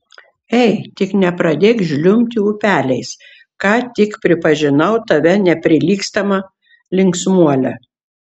ei tik nepradėk žliumbti upeliais ką tik pripažinau tave neprilygstama linksmuole